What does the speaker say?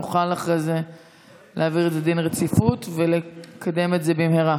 ונוכל אחרי זה להעביר את זה דין רציפות ולקדם את זה במהרה.